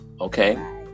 okay